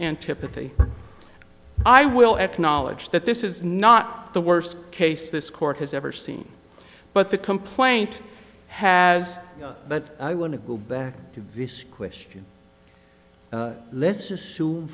antipathy i will acknowledge that this is not the worst case this court has ever seen but the complaint has but i want to go back to vis question let's assume